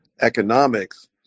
economics